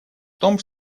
том